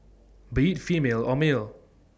be IT female or male